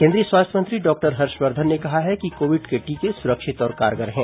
केन्द्रीय स्वास्थ्य मंत्री डॉक्टर हर्षवर्धन ने कहा है कि कोविड के टीके सुरक्षित और कारगर हैं